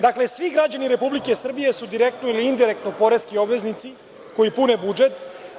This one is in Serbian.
Dakle, svi građani Republike Srbije su direktni ili indirektni poreski obveznici, koji pune budžet.